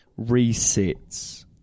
resets